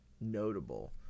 notable